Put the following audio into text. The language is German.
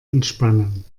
entspannen